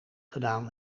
gedaan